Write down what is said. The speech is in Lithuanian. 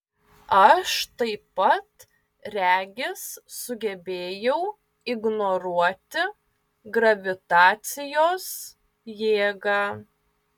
aš taip pat regis sugebėjau ignoruoti gravitacijos jėgą